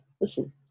listen